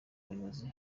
abayobozi